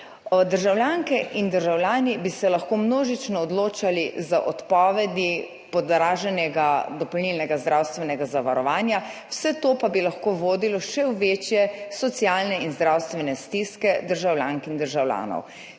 Državljanke in državljani bi se lahko množično odločali za odpovedi podraženega dopolnilnega zdravstvenega zavarovanja, vse to pa bi lahko vodilo v še večje socialne in zdravstvene stiske državljank in državljanov.